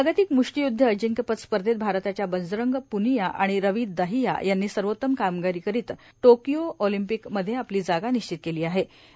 जागतिक मुष्टियुद्ध अजिंक्यपद स्पर्धेत भारताच्या बजरंग पुबिया आणि रवि दाहिया यांबी सर्वोत्तम कामगिरी करित वेकियो ऑलिंपिक मध्ये आपली जागा विश्वित केली आठे